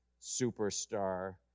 superstar